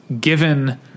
given